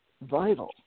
vital